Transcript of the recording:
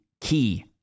key